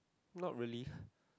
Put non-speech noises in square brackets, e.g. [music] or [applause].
not really [breath]